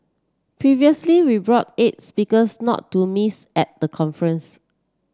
previously we brought its because not to miss at the conference